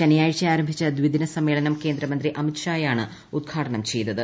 ശനിയാഴ്ച ആരംഭിച്ച ദ്വിദിന സമ്മേളനം കേന്ദ്രമന്ത്രി അമിത് ഷായാണ് ഉദ്ഘാടനം ചെയ്തത്